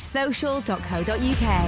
social.co.uk